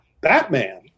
Batman